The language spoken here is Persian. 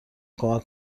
کمک